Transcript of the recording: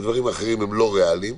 הדברים האחרים הם לא ריאליים.